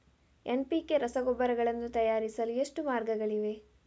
NPK ರಸಗೊಬ್ಬರಗಳನ್ನು ತಯಾರಿಸಲು ಎಷ್ಟು ಮಾರ್ಗಗಳಿವೆ?